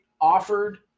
offered